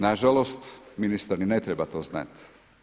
Nažalost ministar ni ne treba to znati.